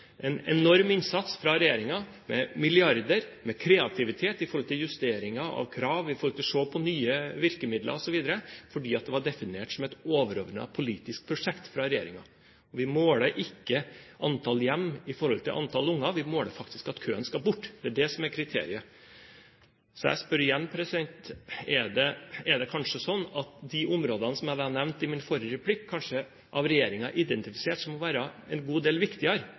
en enorm innsats fra regjeringen, med milliarder, med kreativitet når det gjelder justeringer av krav, når det gjelder å se på nye virkemidler, osv., fordi det av regjeringen var definert som et overordnet politisk prosjekt. Vi måler ikke antall hjem i forhold til antall barn; vi måler faktisk med tanke på at køen skal bort. Det er det som er kriteriet. Så jeg spør igjen: Er det kanskje slik at de områdene som jeg nevnte i min forrige replikk, av regjeringen er identifisert som å være en god del viktigere